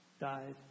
died